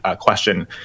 question